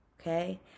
Okay